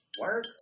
Work